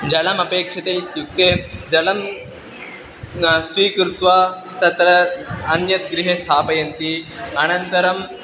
जलमपेक्ष्यते इत्युक्ते जलं स्वीकृत्य तत्र अन्यत् गृहे स्थापयन्ति अनन्तरम्